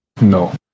No